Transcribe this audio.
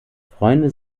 freunde